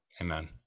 Amen